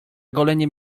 goleniem